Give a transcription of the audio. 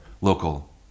local